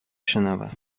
شنوم